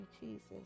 Jesus